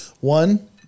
One